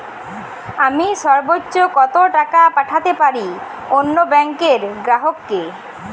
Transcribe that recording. আমি সর্বোচ্চ কতো টাকা পাঠাতে পারি অন্য ব্যাংকের গ্রাহক কে?